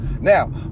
Now